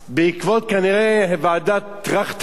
בעקבות, כנראה, ועדת-טרכטנברג,